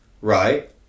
right